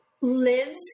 lives